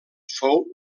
fou